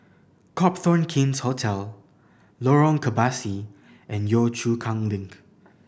Copthorne King's Hotel Lorong Kebasi and Yio Chu Kang Link